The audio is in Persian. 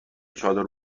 چادر